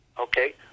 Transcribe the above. okay